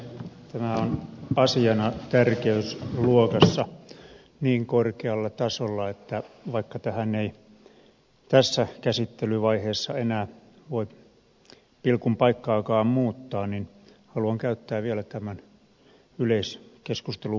tämä on asiana tärkeysluokassa niin korkealla tasolla että vaikka tässä ei tässä käsittelyvaiheessa enää voi pilkun paikkaakaan muuttaa haluan käyttää vielä yleiskeskustelupuheenvuoron aiheesta